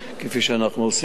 כפי שאנחנו עושים.